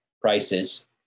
prices